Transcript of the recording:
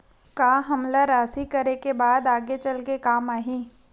का हमला राशि करे के बाद आगे चल के काम आही?